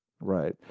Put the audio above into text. Right